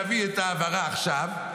להביא את ההעברה עכשיו.